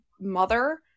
mother